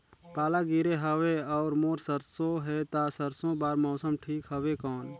पाला गिरे हवय अउर मोर सरसो हे ता सरसो बार मौसम ठीक हवे कौन?